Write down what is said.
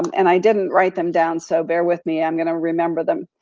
and i didn't write them down, so bear with me, i'm gonna remember them.